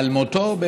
על מותו,